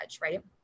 right